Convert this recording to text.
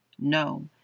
No